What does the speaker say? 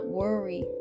worry